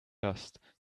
dust